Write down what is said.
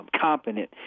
competent